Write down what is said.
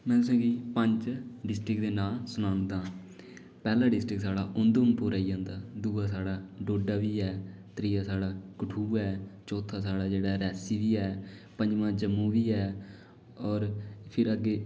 में तुसेंगी पंज डिस्टिक दे नांऽ सना दा पैह्ला डिस्टिक साढ़ा उधमपुर आई जंदा दूआ साढ़ा डोडा बी ऐ त्रीआ साढ़ा कठुआ ऐ चौथा जेह्ड़ा साढ़ा रियासी बी ऐ पंजमां जम्मू बी ऐ होर फिर अग्गै